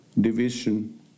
division